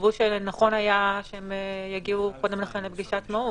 חשבו שנכון היה שהם יגיעו קודם לכן לבדיקת מהו"ת,